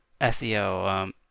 SEO